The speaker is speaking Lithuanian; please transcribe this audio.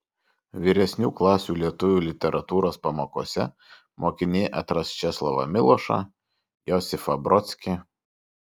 vyresnių klasių lietuvių literatūros pamokose mokiniai atras česlovą milošą josifą brodskį